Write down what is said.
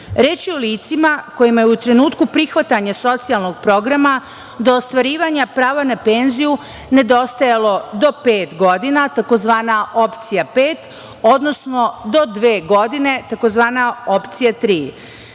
je o licima kojima je u trenutku prihvatanja socijalnog programa do ostvarivanja prava na penziju nedostajalo do pet godina, tzv. opcija 5, odnosno do dve godine, tzv. opcija